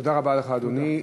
תודה רבה לך, אדוני.